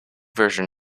version